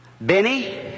Benny